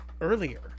earlier